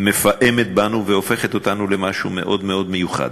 מפעמת בנו והופכת אותנו למשהו מאוד מאוד מיוחד.